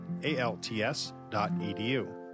alts.edu